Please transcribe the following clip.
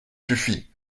suffit